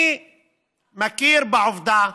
אני מכיר בעובדה,